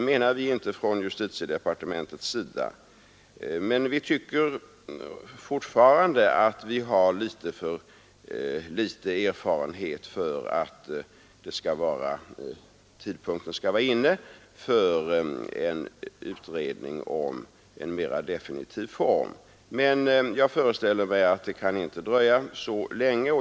Men vi tycker inom justitiedepartementet att vi fortfarande har för liten erfarenhet för att tidpunkten skall vara inne för en utredning om en mera definitiv form, och jag föreställer mig att det inte kan dröja så länge.